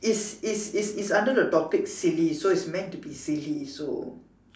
is is is is under the topic silly so is meant to be silly so